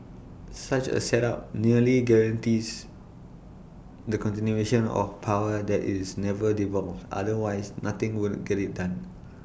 such A setup nearly guarantees the continuation of power that is never devolved otherwise nothing would get IT done